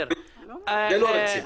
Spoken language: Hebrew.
זה לא רציני.